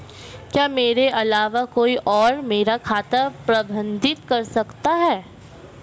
क्या मेरे अलावा कोई और मेरा खाता प्रबंधित कर सकता है?